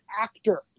actor